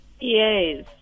yes